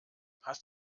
hast